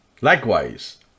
Likewise